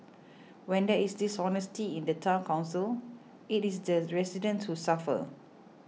when there is dishonesty in the Town Council it is the residents who suffer